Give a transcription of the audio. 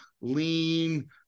lean